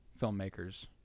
filmmakers